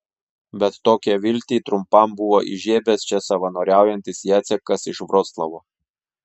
bet tokią viltį trumpam buvo įžiebęs čia savanoriaujantis jacekas iš vroclavo